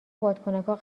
بادکنکا